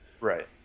right